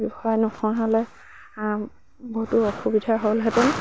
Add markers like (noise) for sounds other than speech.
(unintelligible) হ'লে বহুতো অসুবিধা হ'লহেঁতেন